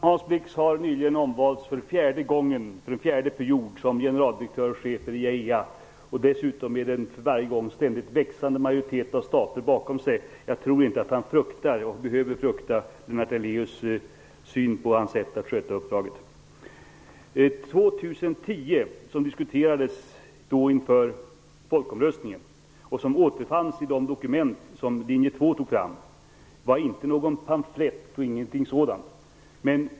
Herr talman! Hans Blix har nyligen omvalts för en fjärde period som generaldirektör och chef för IAEA, dessutom av en majoritet som har vuxit för varje gång. Jag tror inte att han behöver frukta Lennart Daléus syn på hans sätt att sköta uppdraget. Årtalet 2010 diskuterades inför folkomröstningen och återfanns i de dokument som linje 2 tog fram. Det var inte bara ett slagord.